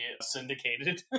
syndicated